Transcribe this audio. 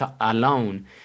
alone